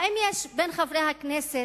האם יש בין חברי הכנסת,